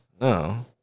No